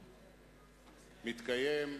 מתקיים.